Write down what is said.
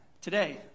today